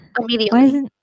Immediately